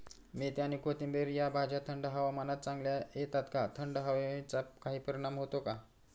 मेथी आणि कोथिंबिर या भाज्या थंड हवामानात चांगल्या येतात का? थंड हवेचा काही परिणाम होतो का?